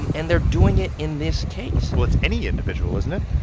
and and they're doing it in this case well, it's any individual, isn't it?